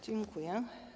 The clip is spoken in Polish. Dziękuję.